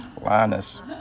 Linus